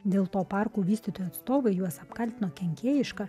dėl to parkų vystytojų atstovai juos apkaltino kenkėjiška